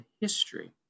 history